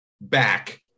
back